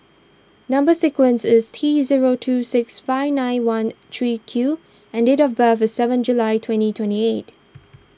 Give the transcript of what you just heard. Number Sequence is T zero two six five nine one three Q and date of birth is seven July twenty twenty eight